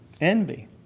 Envy